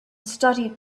studied